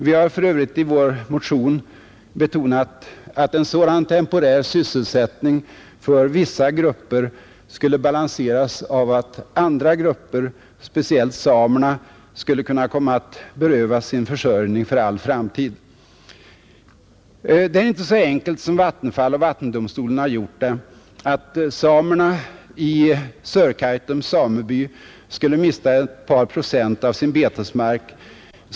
Vi har för övrigt i vår motion betonat att en temporär sysselsättning för vissa grupper skulle balanseras av att andra grupper, speciellt samerna, skulle kunna komma att berövas sin försörjning för all framtid. Det är inte så enkelt som Vattenfall och vattendomstolen har gjort det — att samerna i Sörkaitums sameby skulle mista ett par procent av sin betesmark.